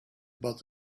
about